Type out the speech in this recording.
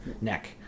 neck